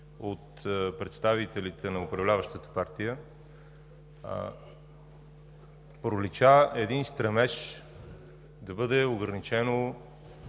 от представителите на управляващата партия, пролича един стремеж да бъде ограничено